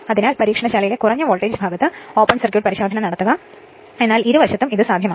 അതിനാലാണ് പരീക്ഷണശാലയിലെ കുറഞ്ഞ വോൾട്ടേജ് ഭാഗത്ത് ഓപ്പൺ സർക്യൂട്ട് പരിശോധന നടത്തുക എന്നാൽ ഇരുവശത്തും ഇത് സാധ്യമാണ്